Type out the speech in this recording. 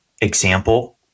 example